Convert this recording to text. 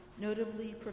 notably